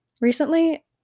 Recently